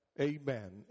amen